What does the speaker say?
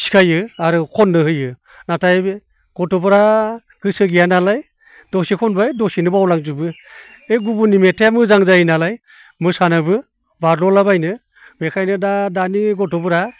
फोरोङो आरो खननो होयो नाथाय बे गथ'फ्रा गोसो गैया नालाय दसे खनबाय दसेनो बावलांजोबो बे गुबुननि मेथाइया मोजां जायो नालाय मोसानोबो बारज्ल'ला बायनो बेखायनो दा दानि गथ'फोरा